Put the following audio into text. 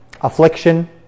affliction